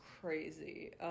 crazy